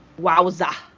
Wowza